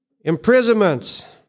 Imprisonments